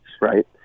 right